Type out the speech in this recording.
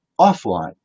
offline